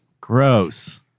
Gross